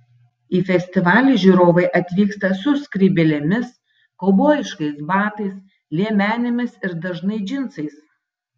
į festivalį žiūrovai atvyksta su skrybėlėmis kaubojiškais batais liemenėmis ir dažnai džinsais